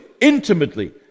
intimately